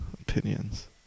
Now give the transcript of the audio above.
opinions